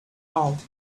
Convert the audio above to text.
off